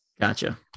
gotcha